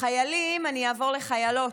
מחיילים אני אעבור לחיילות.